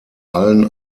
allen